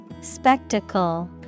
Spectacle